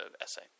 essay